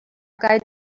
guide